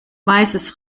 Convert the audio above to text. weißes